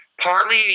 partly